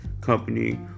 company